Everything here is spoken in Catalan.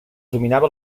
dominava